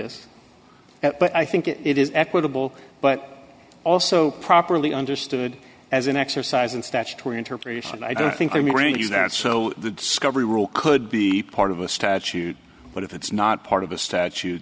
now but i think it is equitable but also properly understood as an exercise in statutory interpretation i don't think i'm granting you that so the discovery rule could be part of a statute but if it's not part of the statu